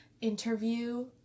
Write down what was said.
interview